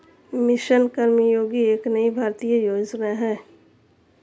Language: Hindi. मिशन कर्मयोगी एक नई भारतीय योजना है